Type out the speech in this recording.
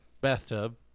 Bathtub